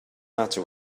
matter